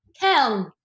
Kel